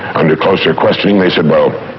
under closer questioning, they said, well,